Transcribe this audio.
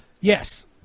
Yes